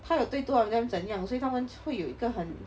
他有对 two of them 怎样所以他们会有一个很